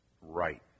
Right